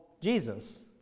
Jesus